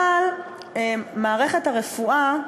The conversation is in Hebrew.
אבל במערכת הרפואה,